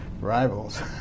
rivals